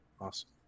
awesome